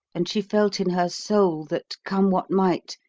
and she felt in her soul that, come what might,